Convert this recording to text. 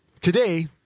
Today